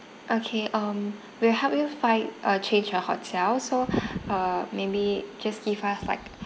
okay um we'll help you find uh change your hotel so uh maybe just give us like